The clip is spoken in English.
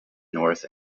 north